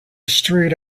street